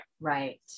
right